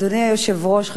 אדוני היושב-ראש,